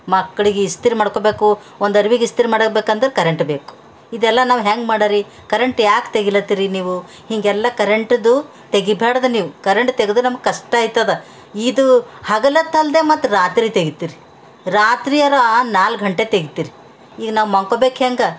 ಮಕ್ಳಿಗೆ ಇಸ್ತ್ರಿ ಮಾಡ್ಕೋಬೇಕು ಒಂದು ಅರ್ವಿಗೆ ಇಸ್ತ್ರಿ ಮಾಡಬೇಕೆಂದರೆ ಕರೆಂಟ್ ಬೇಕು ಇದೆಲ್ಲ ನಾವು ಹೆಂಗೆ ಮಾಡೋರಿ ಕರೆಂಟ್ ಯಾಕೆ ತೆಗೀಲತ್ತರಿ ನೀವು ಹೀಗೆಲ್ಲ ಕರೆಂಟಿದು ತೆಗಿಬಾರ್ದು ನೀವು ಕರೆಂಟ್ ತೆಗೆದ್ರೆ ನಮ್ಗೆ ಕಷ್ಟ ಆಯ್ತದ ಇದು ಹಗಲೊತ್ತಲ್ಲದೆ ಮತ್ತು ರಾತ್ರಿ ತೆಗಿತೀರಿ ರಾತ್ರಿಯಾರ ನಾಲ್ಕು ಗಂಟೆಗೆ ತೆಗಿತೀರಿ ಈಗ ನಾವು ಮಲ್ಕೊಳ್ಬೇಕು ಹೆಂಗೆ